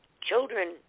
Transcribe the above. children